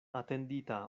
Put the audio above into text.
atendita